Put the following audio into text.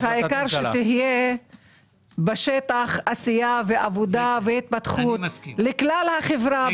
העיקר שתהיה בשטח עשייה ועבודה והתפתחות לכלל החברה,